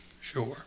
Sure